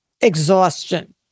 exhaustion